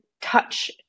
touch